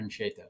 differentiator